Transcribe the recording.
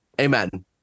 Amen